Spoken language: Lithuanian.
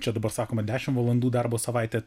čia dabar sakoma dešimt valandų darbo savaitė